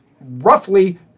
roughly